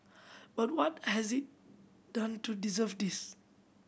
but what has it done to deserve this